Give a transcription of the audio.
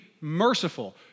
merciful